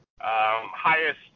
highest